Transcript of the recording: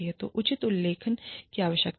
तो उचित प्रलेखन की आवश्यकता है